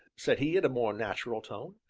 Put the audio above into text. said he in a more natural tone,